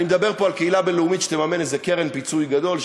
אני מדבר פה על קהילה בין-לאומית שתממן איזה קרן לפיצוי גדול,